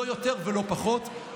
לא יותר ולא פחות,